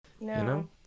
No